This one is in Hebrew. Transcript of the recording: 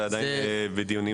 זה עדיין בדיונים,